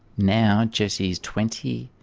now jessie is twenty,